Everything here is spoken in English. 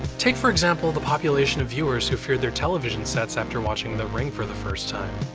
take for example the population of viewers who feared their television sets after watching the ring for the first time.